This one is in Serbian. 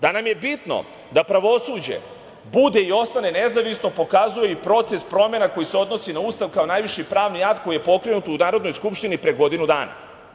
Da nam je bitno da pravosuđe bude i ostane nezavisno pokazuje i proces promena koji se odnosi na Ustav kao najviši pravni akt koji je pokrenut u Narodnoj skupštini pre godinu dana.